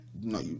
No